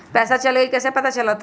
पैसा चल गयी कैसे पता चलत?